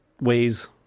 Ways